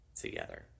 together